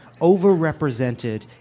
overrepresented